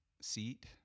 seat